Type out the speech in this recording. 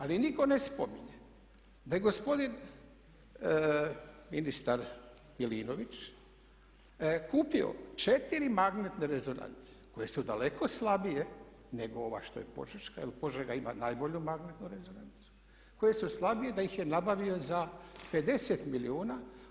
Ali nitko ne spominje da je gospodin ministar Milinović kupio 4 magnetne rezonance koje su daleko slabije nego ova što je požeška jer Požega ima najbolju magnetnu rezonancu, koje su slabije i da ih je nabavio za 50 milijuna.